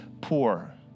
poor